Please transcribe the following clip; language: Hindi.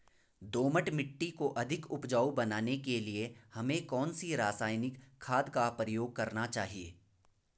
दोमट मिट्टी को अधिक उपजाऊ बनाने के लिए हमें कौन सी रासायनिक खाद का प्रयोग करना चाहिए?